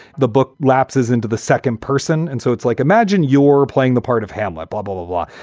the book lapses into the second person. and so it's like, imagine you're playing the part of hamlet bubble of law.